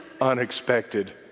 unexpected